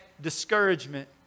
discouragement